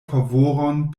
favoron